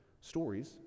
Stories